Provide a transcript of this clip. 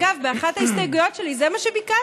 אגב, באחת ההסתייגויות שלי זה מה שביקשתי.